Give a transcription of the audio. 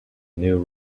new